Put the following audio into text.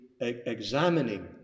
examining